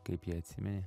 kaip ją atsimeni